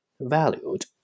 valued